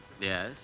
Yes